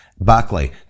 Barclay